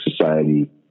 Society